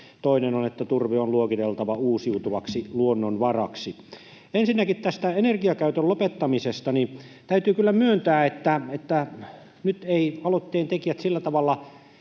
toinen on, että turve on luokiteltava uusiutuvaksi luonnonvaraksi. Ensinnäkin tästä energiakäytön lopettamisesta. Täytyy kyllä myöntää, että nyt eivät aloitteen tekijät sillä tavalla